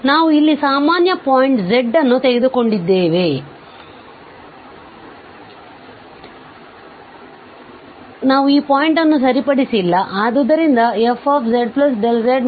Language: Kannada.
ನಾವು ಇಲ್ಲಿ ಸಾಮಾನ್ಯ ಪಾಯಿಂಟ್ z ಅನ್ನು ತೆಗೆದುಕೊಂಡಿದ್ದೇವೆ ನಾವು ಪಾಯಿಂಟ್ ಅನ್ನು ಸರಿಪಡಿಸಿಲ್ಲ